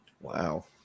Wow